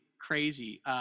crazy